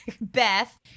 Beth